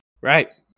Right